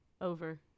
over